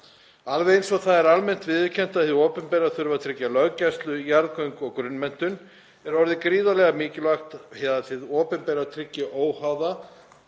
Alveg eins og það er almennt viðurkennt að hið opinbera þurfi að tryggja löggæslu, jarðgöng og grunnmenntun er orðið gríðarlega mikilvægt að hið opinbera tryggi óháða,